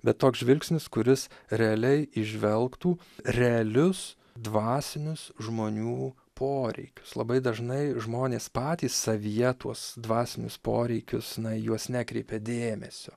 bet toks žvilgsnis kuris realiai įžvelgtų realius dvasinius žmonių poreikius labai dažnai žmonės patys savyje tuos dvasinius poreikius na į juos nekreipia dėmesio